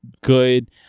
good